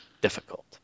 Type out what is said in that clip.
difficult